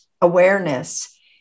awareness